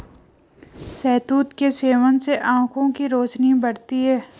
शहतूत के सेवन से आंखों की रोशनी बढ़ती है